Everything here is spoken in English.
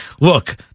look